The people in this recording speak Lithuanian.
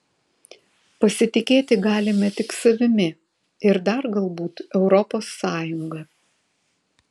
pasitikėti galime tik savimi ir dar galbūt europos sąjunga